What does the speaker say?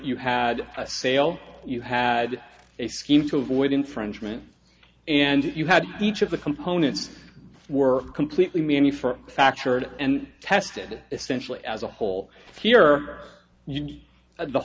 you had a sale you had a scheme to avoid infringement and if you had each of the components were completely many for factual and tested essentially as a whole here at the